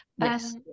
yes